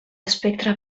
espectre